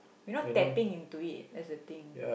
you know tapping into it that's the thing